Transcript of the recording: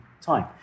time